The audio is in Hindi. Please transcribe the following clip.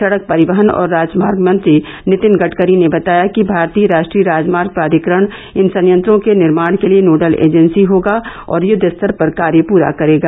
सड़क परिवहन और राजमार्ग मंत्री नितिन गड़करी ने बताया कि भारतीय राष्ट्रीय राजमार्ग प्राधिकरण इन संयत्रों के निर्माण के लिए नोडल एजेंसी होगा और युद्वस्तर पर कार्य पूरा करेगा